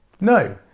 no